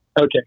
Okay